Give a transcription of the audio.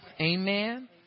Amen